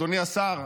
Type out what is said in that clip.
אדוני השר,